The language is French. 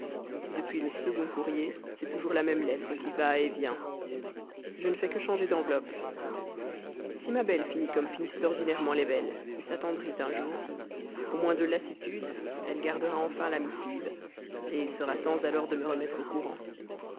dater depuis le second courrier c'est toujours la même lettre qui va vient je ne fais que changer l'enveloppe si ma belle s'en lasse s'ennuie un jour de ce va-et-vient elle gardera la missive il sera temps alors de me remettre au courant